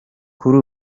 kuri